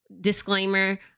disclaimer